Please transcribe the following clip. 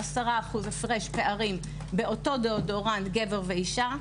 ויש הפרש מחירים של 10% על אותו דאודורנט גבר ואישה.